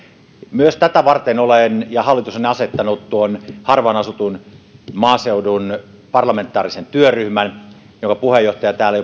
myös tätä varten olen ja hallitus on asettanut tuon harvaan asutun maaseudun parlamentaarisen työryhmän jonka puheenjohtaja täällä jo